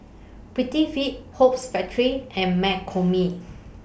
Prettyfit Hoops Factory and McCormick